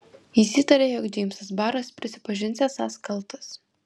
jis įtarė jog džeimsas baras prisipažins esąs kaltas